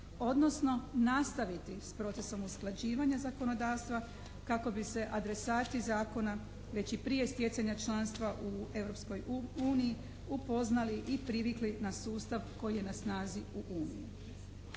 odnosno nastaviti s procesom usklađivanja zakonodavstva kako bi se adresati zakona već i prije stjecanja članstva u Europskoj uniji upoznali i privikli na sustav koji je na snazi u Uniji.